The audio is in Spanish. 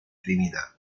trinidad